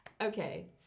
Okay